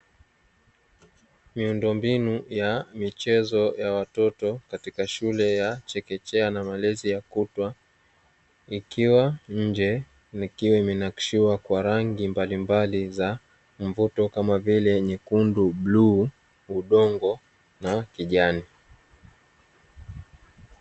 Miundo mbinu ya michezo ya watoto katika shule ya chekechea na malezi ya kutwa ikiwa nje. Ikiwa imenakshiwa kwa rangi mbalimbali za mvuto kama vile nyekundu, bluu, udongo na kijani.